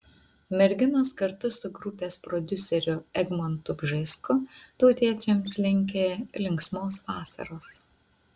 merginos kartu su grupės prodiuseriu egmontu bžesku tautiečiams linki linksmos vasaros